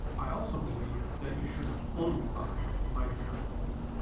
i also believe that you shouldn't only by my dear but um